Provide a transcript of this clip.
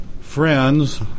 friends